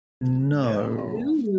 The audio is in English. No